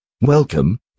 welcome